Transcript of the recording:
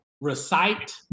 recite